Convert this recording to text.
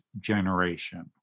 generation